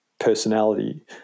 personality